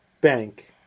bank